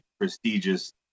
prestigious